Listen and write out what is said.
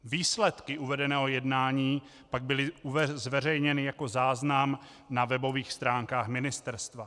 Výsledky uvedeného jednání pak byly zveřejněny jako záznam na webových stránkách ministerstva.